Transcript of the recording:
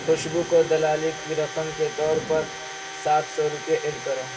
خوشبو کو دلالی کی رقم کے طور پر سات سو روپئے ایڈ کرو